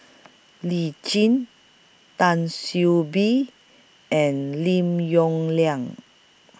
Lee Tjin Tan See Be and Lim Yong Liang